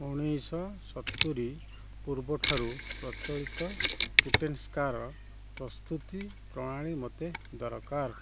ଊଣେଇଶି ଶହ ସତୁରୀ ପୂର୍ବଠାରୁ ପ୍ରଚଳିତ ପୁଟ୍ଟନେସ୍କାର ପ୍ରସ୍ତୁତି ପ୍ରଣାଳୀ ମୋତେ ଦରକାର